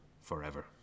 forever